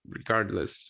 regardless